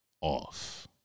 off